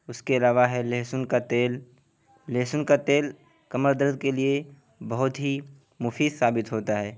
اس کے علاوہ ہے لہسن کا تیل لہسن کا تیل کمر درد کے لیے بہت ہی مفید ثابت ہوتا ہے